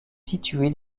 situé